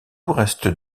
reste